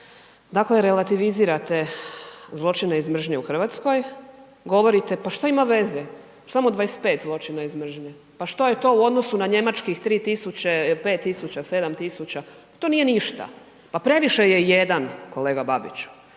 dakle relativizirate zločine iz mržnje u Hrvatskoj. Govorite pa što ima veze, samo 25 zločina iz mržnje. Pa što je to u odnosu na njemačkih 3 tisuća, 5 tisuća, 7 tisuća, to nije ništa. Pa previše je 1, kolega Babiću.